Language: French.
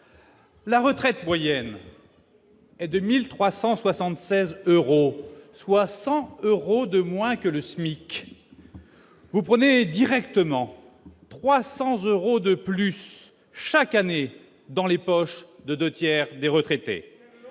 La retraite moyenne est 2376 euros soit 100 euros de moins que le SMIC, vous prenez directement 300 euros de plus chaque année dans les poches de 2 tiers des retraités